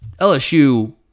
LSU